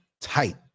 tight